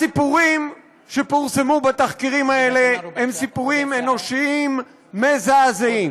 הסיפורים שפורסמו בתחקירים האלה הם סיפורים אנושיים מזעזעים,